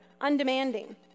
undemanding